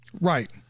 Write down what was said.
right